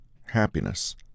happiness